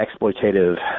exploitative